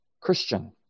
Christian